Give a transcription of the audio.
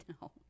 No